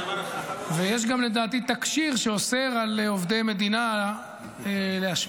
ויש לדעתי תקשי"ר שאוסר על עובדי מדינה להשמיע